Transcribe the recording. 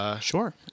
Sure